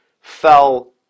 fell